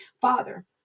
Father